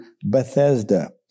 Bethesda